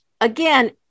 again